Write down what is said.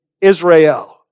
Israel